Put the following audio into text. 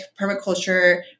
permaculture